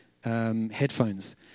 headphones